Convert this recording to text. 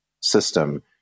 system